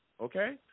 okay